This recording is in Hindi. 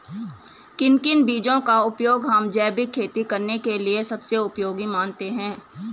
किन किन बीजों का उपयोग हम जैविक खेती करने के लिए सबसे उपयोगी मानते हैं?